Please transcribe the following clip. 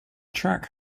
track